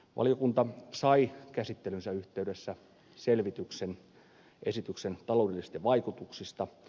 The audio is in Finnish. valiokunta sai käsittelynsä yhteydessä selvityksen esityksen taloudellisista vaikutuksista